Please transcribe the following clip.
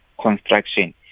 construction